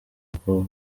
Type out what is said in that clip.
bwo